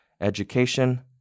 education